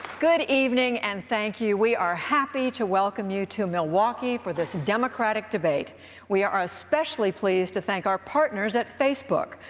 good evening, and thank you. we are happy to welcome you to milwaukee for this democratic debate. woodruff we are are especially pleased to thank our partners at facebook,